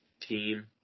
team